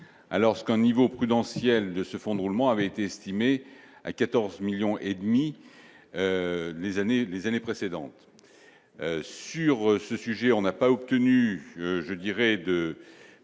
alors ce un niveau prudentiels de ce fonds de roulement avait été estimée à 14 millions et demi les années les années précédentes sur ce sujet, on n'a pas obtenu, je dirais, de,